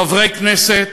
חברי כנסת,